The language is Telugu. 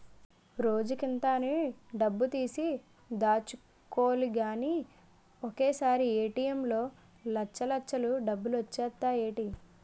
రోజుకింత అని డబ్బుతీసి దాచుకోలిగానీ ఒకసారీ ఏ.టి.ఎం లో లచ్చల్లచ్చలు డబ్బులొచ్చేత్తాయ్ ఏటీ?